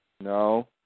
No